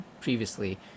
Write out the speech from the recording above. previously